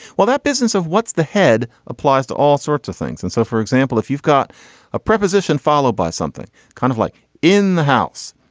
well that business of what's the head applies to all sorts of things. and so for example if you've got a preposition followed by something kind of like in the house.